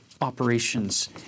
operations